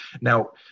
Now